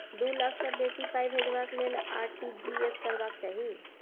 दु लाख सँ बेसी पाइ भेजबाक लेल आर.टी.जी एस करबाक चाही